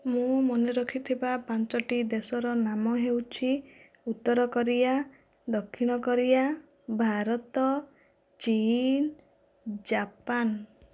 ମୁଁ ମନେ ରଖିଥିବା ପାଞ୍ଚଟି ଦେଶର ନାମ ହେଉଛି ଉତ୍ତର କରିଆ ଦକ୍ଷିଣ କରିଆ ଭାରତ ଚୀନ ଜାପାନ